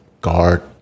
guard